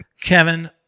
Kevin